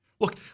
Look